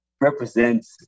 represents